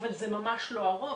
אבל זה ממש לא הרוב.